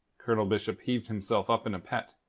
colonel bishop heaved himself up in a pet.